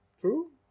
True